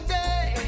day